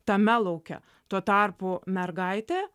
tame lauke tuo tarpu mergaitė